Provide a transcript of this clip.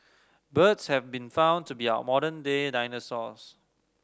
birds have been found to be our modern day dinosaurs